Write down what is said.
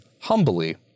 humbly